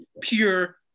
pure